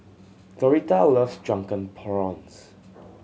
Doretha loves Drunken Prawns